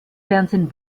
fernsehen